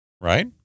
right